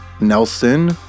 Nelson